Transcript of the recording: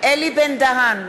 אלי בן-דהן,